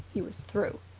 he was through.